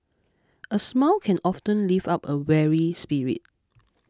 a smile can often lift up a weary spirit